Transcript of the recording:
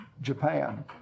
Japan